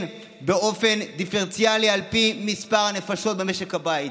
באופן דיפרנציאלי על פי מספר הנפשות במשק הבית,